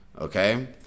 Okay